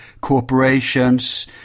corporations